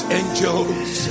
angels